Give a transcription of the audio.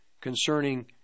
concerning